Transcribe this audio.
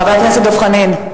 חבר הכנסת דב חנין?